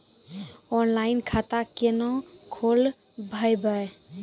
Online खाता केना खोलभैबै?